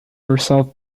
herself